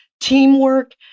teamwork